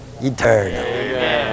eternal